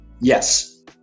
Yes